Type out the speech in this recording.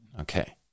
Okay